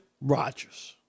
Rodgers